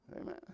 Amen